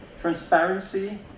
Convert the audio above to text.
Transparency